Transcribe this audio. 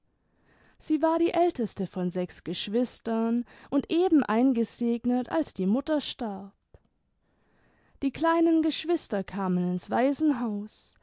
sie war die älteste von sechs geschwistern und eben eingesegnet als die mutter starb die kleinen geschwister kamen ins waisenhaus